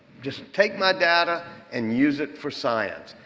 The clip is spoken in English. just take my data and use it for science.